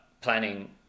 planning